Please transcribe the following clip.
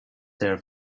their